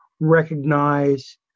recognize